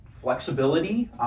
flexibility